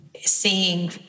seeing